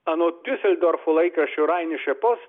anot diuseldorfo laikraščio rainiuše post